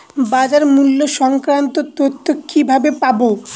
বাজার মূল্য সংক্রান্ত তথ্য কিভাবে পাবো?